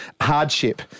hardship